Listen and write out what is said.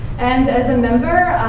and as a member,